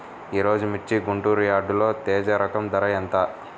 ఈరోజు మిర్చి గుంటూరు యార్డులో తేజ రకం ధర ఎంత?